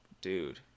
Dude